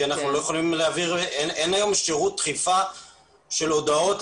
אין היום שירות דחיפה של הודעות.